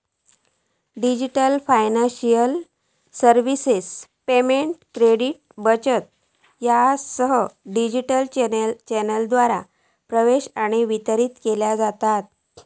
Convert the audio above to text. digital financial services payment, credit, बचत यासह digital चॅनेलद्वारा प्रवेश आणि वितरित केल्या जातत